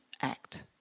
act